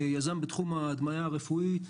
יזם בתחום ההדמיה הרפואית.